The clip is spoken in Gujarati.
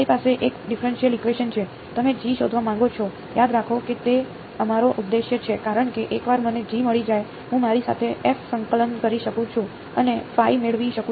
તમારી પાસે એક ડિફરેનશીયલ ઇકવેશન છે તમે શોધવા માંગો છો યાદ રાખો કે તે અમારો ઉદ્દેશ્ય છે કારણ કે એકવાર મને મળી જાય હું મારી સાથે સંકલન કરી શકું છું અને મેળવી શકું છું